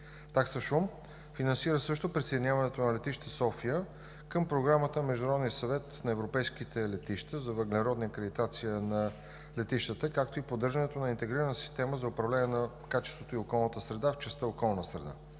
Такса шум финансира също присъединяването на летище София към Програмата на Международния съвет на европейските летища за въглеродна акредитация на летищата, както и поддържането на интегрирана система за управление на качеството на околната среда в частта „Околна среда“.